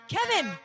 Kevin